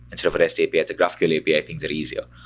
instead of a rest api, it's a graphql api. i think they're easier.